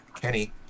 kenny